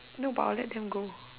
no but I'll let them go